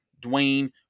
Dwayne